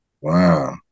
Wow